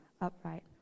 upright